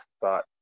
thought